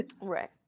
right